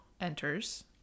enters